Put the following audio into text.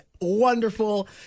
wonderful